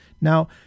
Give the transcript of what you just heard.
Now